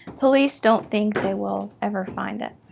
police don't think they will ever find it.